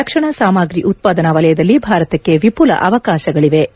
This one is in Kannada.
ರಕ್ಷಣಾ ಸಾಮಗ್ರಿ ಉತ್ಪಾದನಾ ವಲಯದಲ್ಲಿ ಭಾರತಕ್ಕೆ ವಿಫುಲ ಅವಕಾಶಗಳಿವೆ ಎಂದರು